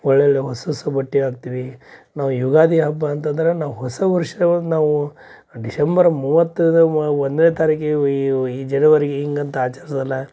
ಒಳ್ಳೊಳ್ಳೆಯ ಹೊಸ ಹೊಸ ಬಟ್ಟೆ ಹಾಕ್ತೀವಿ ನಾವು ಯುಗಾದಿ ಹಬ್ಬ ಅಂತಂದ್ರೆ ನಾವು ಹೊಸ ವರ್ಷ ನಾವು ಡಿಸೆಂಬರ ಮೂವತ್ತ ಒಂದನೇ ತಾರೀಕಿಗೆ ಈ ಜನವರಿಗೆ ಹಿಂಗಂತ ಆಚರಿಸುದಲ್ಲ